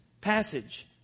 passage